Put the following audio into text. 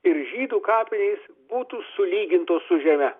ir žydų kapinės būtų sulygintos su žeme